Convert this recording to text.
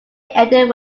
ended